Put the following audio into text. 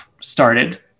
started